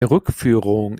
rückführung